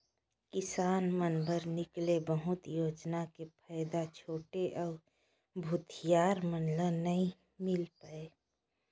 किसान मन बर निकाले बहुत योजना के फायदा छोटे अउ भूथियार मन ल नइ मिल पाये